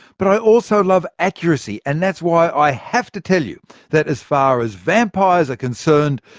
but i also love accuracy. and that's why i have to tell you that as far as vampires are concerned,